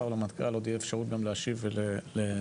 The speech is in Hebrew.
או למנכ"ל תהיה אפשרות גם להשיב ולסכם.